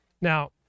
Now